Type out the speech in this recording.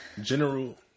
general